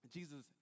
Jesus